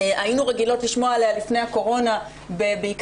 היינו רגילות לשמוע עליה לפני הקורונה בעיקר